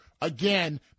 Again